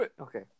Okay